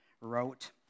wrote